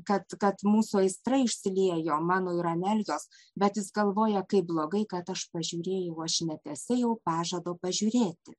kad kad mūsų aistra išsiliejo mano ir anelijos bet jis galvoja kaip blogai kad aš pažiūrėjau aš netesėjau pažado pažiūrėti